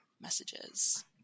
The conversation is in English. messages